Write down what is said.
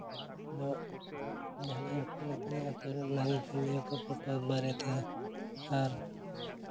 ᱟᱫᱚ ᱡᱟᱦᱟᱱᱟᱜ ᱜᱮᱠᱚ ᱢᱤᱛᱟᱹᱧᱟᱹ ᱯᱷᱳᱴᱳ ᱵᱟᱨᱮᱛᱮ ᱟᱨ